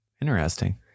Interesting